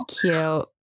cute